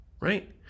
right